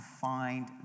find